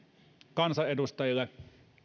kansanedustajille